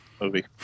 movie